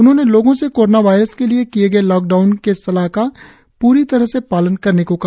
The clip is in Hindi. उन्होंने लोगों से कोरोना वायरस के लिए किए गए लॉकडाउन के सलाह का प्री तरह से पालन करने को कहा